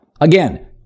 Again